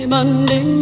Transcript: Monday